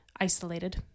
isolated